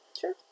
Sure